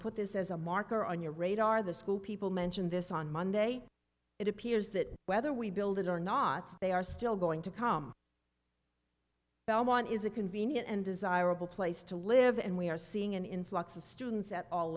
put this as a marker on your radar the school people mentioned this on monday it appears that whether we build it or not they are still going to come belmont is a convenient and desirable place to live and we are seeing an influx of students at all